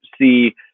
see